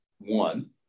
one